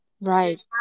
Right